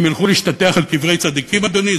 הם ילכו להשתטח על קברי צדיקים, אדוני?